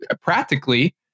practically